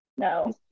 No